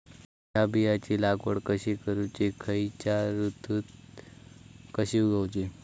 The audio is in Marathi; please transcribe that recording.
हया बियाची लागवड कशी करूची खैयच्य ऋतुत कशी उगउची?